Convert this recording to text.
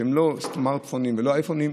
שהם לא סמרטפונים ולא אייפונים,